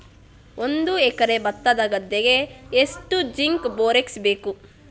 ಒಂದು ಎಕರೆ ಭತ್ತದ ಗದ್ದೆಗೆ ಎಷ್ಟು ಜಿಂಕ್ ಬೋರೆಕ್ಸ್ ಬೇಕು?